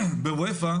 באופ"א